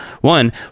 One